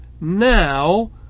now